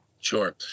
Sure